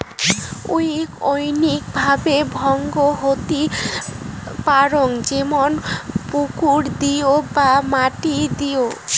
weed অনৈক ভাবে ভঙ্গ হতি পারং যেমন পুকুর দিয় বা মাটি দিয়